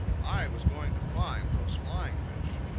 i was going to find those flying fish.